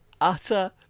utter